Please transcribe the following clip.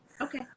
Okay